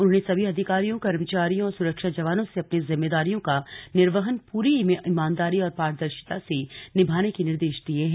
उन्होंने सभी अधिकारियों कर्मचारियों और सुरक्षा जवानों से अपनी जिम्मेदारियो का निर्वहन पूरी ईमानदारी और पारदर्शिता से निभाने के निर्देश दिये हैं